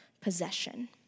possession